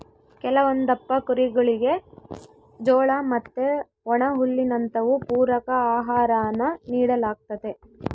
ಕೆಲವೊಂದಪ್ಪ ಕುರಿಗುಳಿಗೆ ಜೋಳ ಮತ್ತೆ ಒಣಹುಲ್ಲಿನಂತವು ಪೂರಕ ಆಹಾರಾನ ನೀಡಲಾಗ್ತತೆ